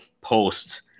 post